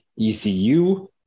ECU